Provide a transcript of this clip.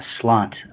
slot